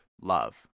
Love